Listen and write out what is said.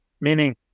Meaning